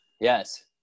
Yes